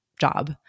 Job